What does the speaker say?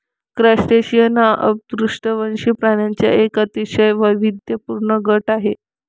crustacean हा अपृष्ठवंशी प्राण्यांचा एक अतिशय वैविध्यपूर्ण गट आहे